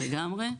לגמרי.